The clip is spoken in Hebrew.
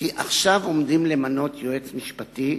כי עכשיו עומדים למנות יועץ משפטי,